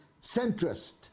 centrist